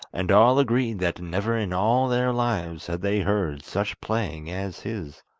and all agreed that never in all their lives had they heard such playing as his.